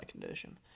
condition